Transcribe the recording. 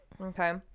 Okay